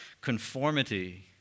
conformity